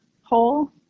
hole